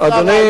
זה הרעיון.